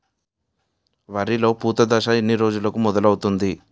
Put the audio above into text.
వరిలో పూత దశ ఎన్ని రోజులకు మొదలవుతుంది?